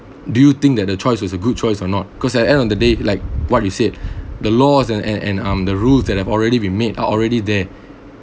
do you think that the choice was a good choice or not cause at the end of the day like what you said the laws and and and um the rules that have already been made are already there